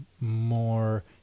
more